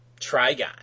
trigon